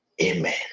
Amen